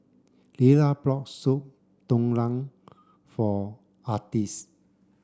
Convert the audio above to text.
Lila bought Soup Tulang for Artis